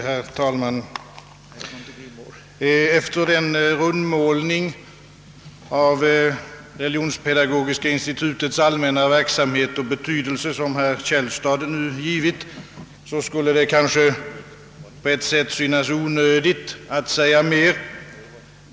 Herr talman! Efter den rundmålning av Religionspedagogiska institutets allmänna verksamhet och betydelse, som herr Källstad här gjort, kunde det kanske vara onödigt att orda mer.